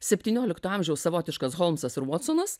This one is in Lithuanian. septyniolikto amžiaus savotiškas holmsas ir votsonas